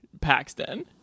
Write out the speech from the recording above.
Paxton